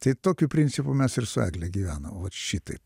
tai tokiu principu mes ir su egle gyvenam vat šitaip